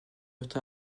autre